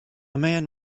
man